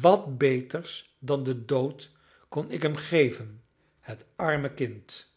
wat beters dan de dood kon ik hem geven het arme kind